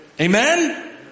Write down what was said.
Amen